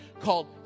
called